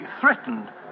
threatened